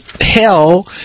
hell